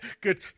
Good